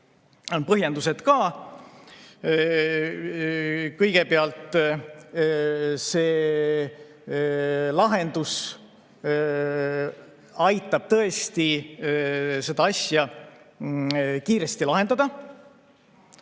Põhjendused ka. Kõigepealt, see lahendus aitab tõesti seda asja kiiresti lahendada.